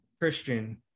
Christian